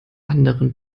anderen